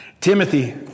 Timothy